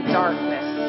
darkness